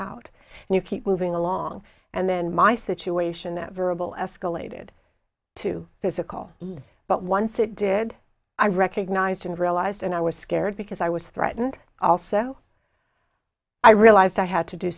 out and you keep moving along and then my situation that variable escalated to physical but once it did i recognized and realized and i was scared because i was threatened also i realized i had to do